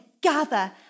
gather